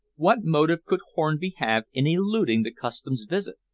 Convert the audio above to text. what motive could hornby have in eluding the customs visit?